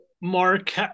mark